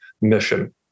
mission